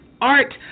art